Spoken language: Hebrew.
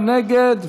מי נגד?